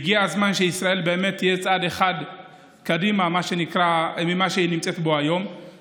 הגיע הזמן שישראל באמת תהיה צעד אחד קדימה ממה שהיא נמצאת בו היום.